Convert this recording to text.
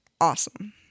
Awesome